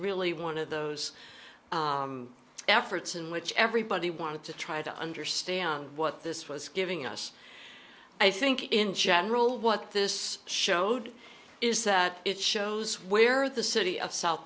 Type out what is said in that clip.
really one of those efforts in which everybody wanted to try to understand what this was giving us i think in general what this showed is that it shows where the city of south